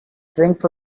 drink